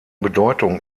bedeutung